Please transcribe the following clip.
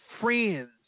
friends